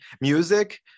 music